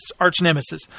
Arch-nemesis